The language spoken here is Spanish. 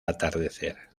atardecer